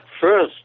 First